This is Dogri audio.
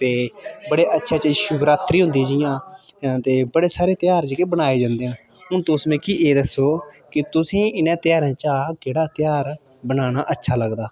ते बड़े अच्छे अच्छे शिवरात्री हुंदी जियां ते बड़े सारे ध्यार जेह्के साढ़े मनाए जंदे न हुन तुस मिकी एह् दस्सो कि तुसें ई इ'नें ध्यारें चा केह्ड़ा ध्यार मनाना अच्छा लगदा